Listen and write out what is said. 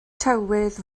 tywydd